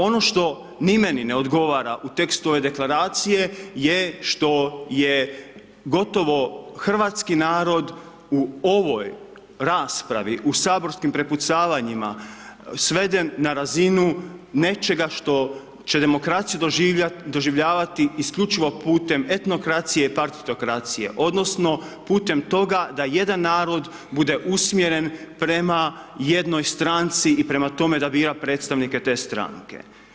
Ono što ni meni ne odgovara u tekstu ove Deklaracije je što je gotovo hrvatski narod u ovoj raspravi u saborskim prepucavanjima sveden na razinu nečega što će demokraciju doživljavati isključivo putem etnokracije i partitokracije odnosno putem toga da jedan narod bude usmjeren prema jednoj stranci i prema tome da bira predstavnike te stranke.